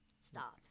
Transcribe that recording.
stop